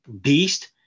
Beast